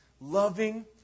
Loving